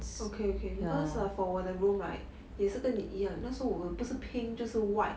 okay okay because for 我的 room right 也是跟你一样但是我不是 pink 就是 white